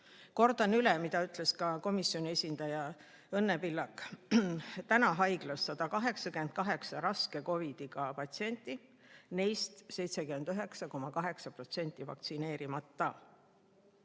Kordan üle, mida ütles ka komisjoni esindaja Õnne Pillak. Täna on haiglas 188 raske COVID-iga patsienti, neist 79,8% on vaktsineerimata.